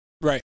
Right